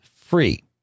free